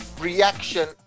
reaction